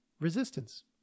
resistance